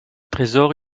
trésor